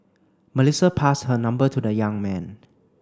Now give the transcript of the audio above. Melissa passed her number to the young man